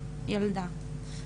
ילדה,